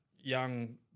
young